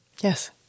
Yes